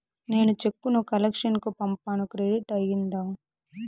నేను చెక్కు ను కలెక్షన్ కు పంపాను క్రెడిట్ అయ్యిందా